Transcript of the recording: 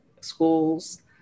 schools